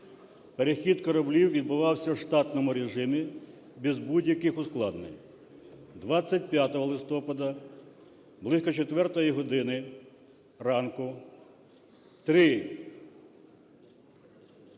перехід кораблів відбувався в штатному режимі, без будь-яких ускладнень. 25 листопада близько 4-ї години ранку три